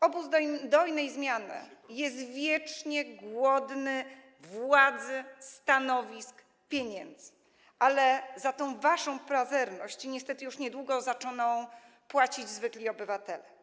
Obóz dojnej zmiany jest wiecznie głodny władzy, stanowisk, pieniędzy, ale za tę waszą pazerność niestety już niedługo zaczną płacić zwykli obywatele.